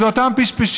ואלה אותם פשפשים.